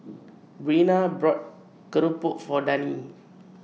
Breana bought Keropok For Dani